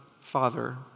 father